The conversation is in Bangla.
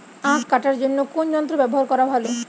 আঁখ কাটার জন্য কোন যন্ত্র ব্যাবহার করা ভালো?